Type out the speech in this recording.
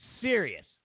serious